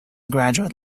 graduate